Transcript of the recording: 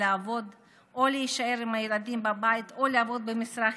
לעבוד או להישאר עם הילדים בבית או לעבוד במשרה חלקית.